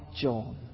John